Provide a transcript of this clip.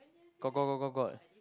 got got got got got